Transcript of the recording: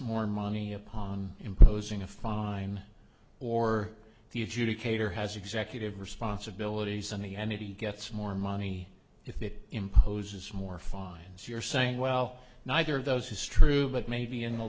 more money upon imposing a fine or the adjudicator has executive responsibilities and the entity gets more money if it imposes more fines you're saying well neither of those is true but maybe in the